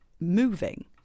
moving